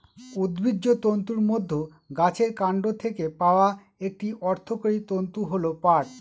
উদ্ভিজ্জ তন্তুর মধ্যে গাছের কান্ড থেকে পাওয়া একটি অর্থকরী তন্তু হল পাট